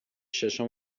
ششم